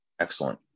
Excellent